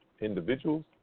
individuals